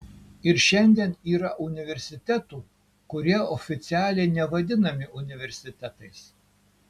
ir šiandien yra universitetų kurie oficialiai nevadinami universitetais